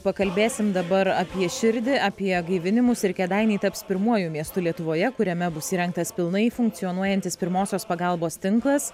pakalbėsim dabar apie širdį apie gaivinimus ir kėdainiai taps pirmuoju miestu lietuvoje kuriame bus įrengtas pilnai funkcionuojantis pirmosios pagalbos tinklas